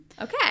Okay